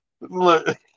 look